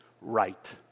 right